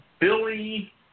Billy